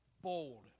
Bold